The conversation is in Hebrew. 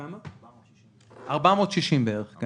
460 בערך.